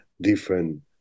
different